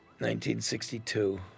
1962